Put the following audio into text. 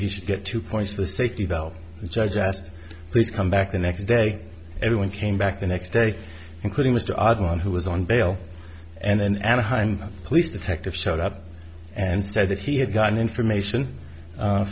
he should get two points for safety bell the judge asked please come back the next day everyone came back the next day including was the odd one who was on bail and then anaheim police detective showed up and said that he had gotten information